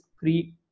free